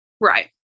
Right